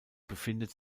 befindet